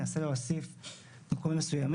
אני אנסה להוסיף --- מסוימים.